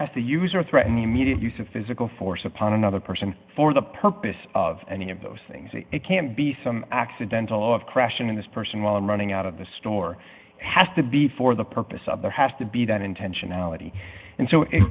rodney as the user threaten the immediate use of physical force upon another person for the purpose of any of those things it can't be some accidental of crashing in this person while i'm running out of the store has to be for the purpose of there has to be that intentionality and so it